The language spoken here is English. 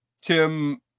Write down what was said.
Tim